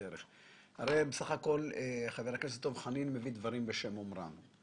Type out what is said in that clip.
חבר הכנסת דב חנין מביא דברים בשם אומרם.